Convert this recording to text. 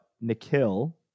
Nikhil